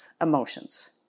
emotions